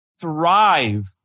thrive